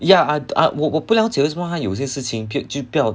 ya I'd ah 我我我不了解为什么她有些事情偏就不要